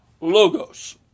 Logos